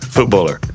Footballer